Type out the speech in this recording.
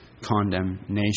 condemnation